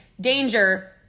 Danger